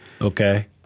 Okay